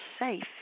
safe